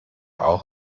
auch